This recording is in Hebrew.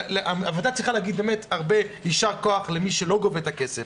הוועדה צריכה להגיד יישר כוח למי שלא גובה את הכסף,